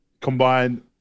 combine